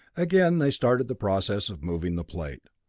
again they started the process of moving the plate.